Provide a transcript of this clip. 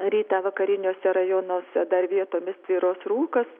ryte vakariniuose rajonuose dar vietomis tvyros rūkas